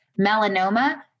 melanoma